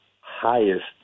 highest